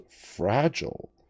fragile